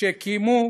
שקיימו